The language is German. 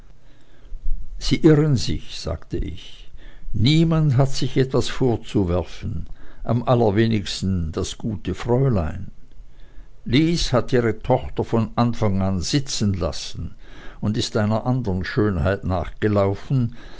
sie irren sich sagte ich niemand hat sich etwas vorzuwerfen am allerwenigsten das gute fräulein lys hat ihre tochter von anfang an sitzenlassen und ist einer anderen schönheit nachgelaufen